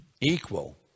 equal